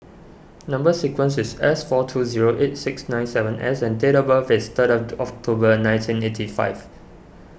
Number Sequence is S four two zero eight six nine seven S and date of birth is third of October nineteen eighty five